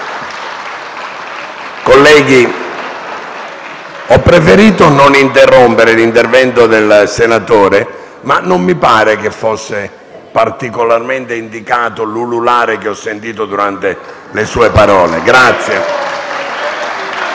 Colleghi, ho preferito non interrompere l'intervento del senatore, ma non mi pare che fossero particolarmente indicati gli ululati che ho sentito durante il suo intervento.